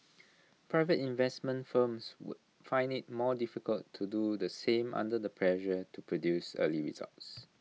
private investment firms would find IT more difficult to do the same under the pressure to produce early results